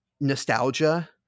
nostalgia